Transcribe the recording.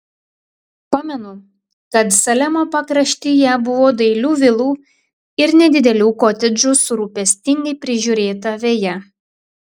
pamenu kad salemo pakraštyje buvo dailių vilų ir nedidelių kotedžų su rūpestingai prižiūrėta veja